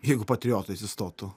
jeigu patriotas įstotų